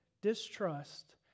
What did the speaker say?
distrust